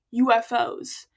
UFOs